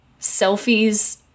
Selfies